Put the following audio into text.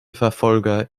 verfolger